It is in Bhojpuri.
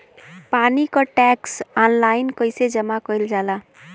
पानी क टैक्स ऑनलाइन कईसे जमा कईल जाला?